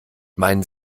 meinen